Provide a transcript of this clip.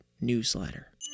newsletter